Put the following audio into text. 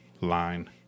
line